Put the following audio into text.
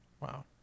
Wow